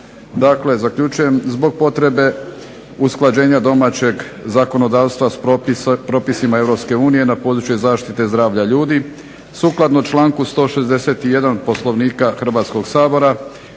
Dakle, zaključujem zbog potrebe usklađenja domaćeg zakonodavstva s propisima Europske unije na području zaštite zdravlja ljudi sukladno članku 161. Poslovnika Hrvatskog sabora